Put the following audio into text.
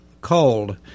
cold